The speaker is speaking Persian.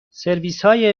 سرویسهای